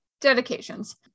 dedications